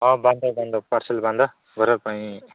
ହଁ ବାନ୍ଧ ବାନ୍ଧ ପାର୍ସଲ ବାନ୍ଧ ଘର ପାଇଁ